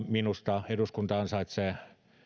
minusta eduskunta ansaitsee